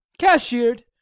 cashiered